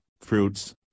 fruits